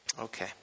Okay